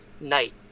night